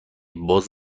باز